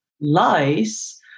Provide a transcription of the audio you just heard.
lies